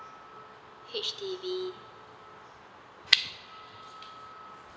H_D_B